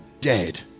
dead